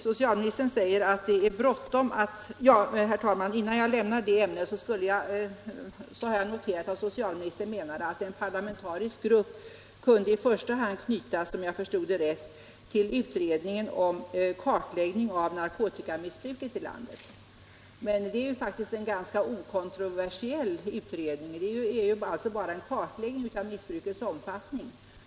Socialministern menar att en parlamentarisk grupp i första hand kunde knytas till utredningen om kartläggning av narkotikamissbruket i landet. Det är faktiskt en ganska okontroversiell utredning — den gäller bara en kartläggning av missbrukets omfattning.